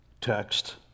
text